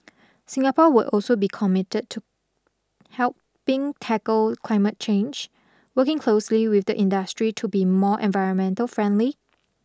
Singapore will also be committed to helping tackle climate change working closely with the industry to be more environmental friendly